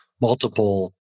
multiple